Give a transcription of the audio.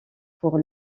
pour